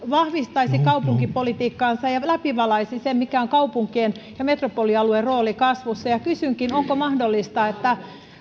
vahvistaisi kaupunkipolitiikkaansa ja läpivalaisisi sen mikä on kaupunkien ja metropolialueen rooli kasvussa kysynkin onko mahdollista että